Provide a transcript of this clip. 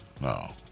no